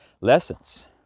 lessons